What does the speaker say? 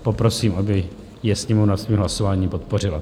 Poprosím, aby je Sněmovna svým hlasováním podpořila.